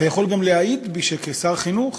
אתה יכול גם להעיד בי שכשר חינוך